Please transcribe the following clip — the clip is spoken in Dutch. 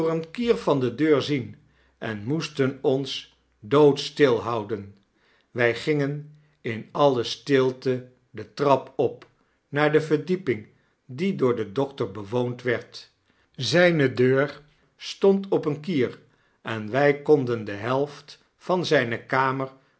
kier van de deur zien en moesten ons doodstil houden wy gingen in alle stilte de trap op naar de verdieping die door den dokter bewoondwerd zyne deur stond op een kier en wij konden de helft van zijne kamer